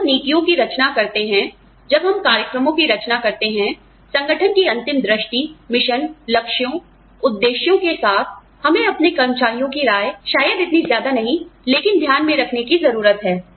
जब हम नीतियों की रचना करते हैं जब हम कार्यक्रमों की रचना करते हैं संगठन की अंतिम दृष्टि मिशन लक्ष्यों उद्देश्यों के साथ हमें अपने कर्मचारियों की राय शायद इतनी ज्यादा नहीं लेकिन ध्यान में रखने की जरूरत है